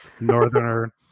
northerner